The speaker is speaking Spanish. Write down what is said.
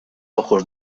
ojos